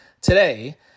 today